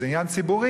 זה עניין ציבורי.